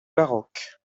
baroque